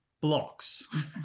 blocks